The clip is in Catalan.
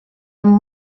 amb